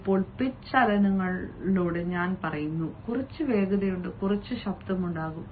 ഇപ്പോൾ പിച്ച് ചലനങ്ങളിലൂടെ ഞാൻ പറയുന്നു കുറച്ച് വേഗതയുണ്ട് കുറച്ച് ശബ്ദമുണ്ടാകും